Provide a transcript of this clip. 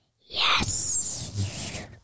Yes